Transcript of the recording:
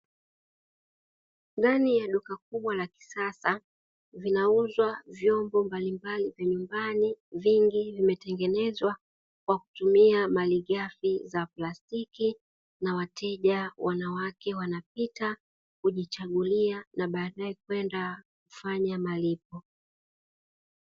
Ndani ya duka kubwa la kisasa vinauzwa vyombo mbalimbali vya nyumbani, vingi vimetengenezwa kwa kutumia malighafi za plastiki na wateja wanawake wanapita kujichagulia na baadae kwenda kufanya malipo.